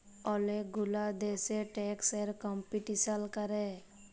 ওলেক গুলা দ্যাশে ট্যাক্স এ কম্পিটিশাল ক্যরে